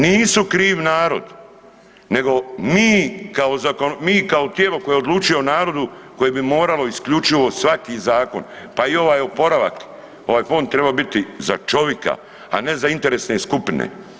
Nisu kriv narod, nego mi kao tijelo koje odlučuje o narodu koje bi moralo isključivo svaki zakon, pa i ovaj oporavak, ovaj fond bi trebao biti za čovika, a ne za interesne skupine.